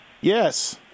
Yes